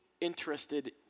interested